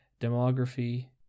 demography